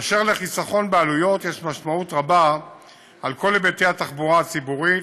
כאשר לחיסכון בעלויות יש משמעות רבה על כל היבטי התחבורה הציבורית,